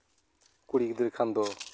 ᱠᱩᱲᱤ ᱜᱤᱫᱽᱨᱟᱹ ᱠᱷᱟᱱ ᱫᱚ